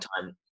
time